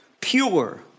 pure